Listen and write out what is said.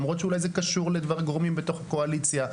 למרות שאולי זה קשור לגורמים בתוך הקואליציה,